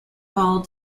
call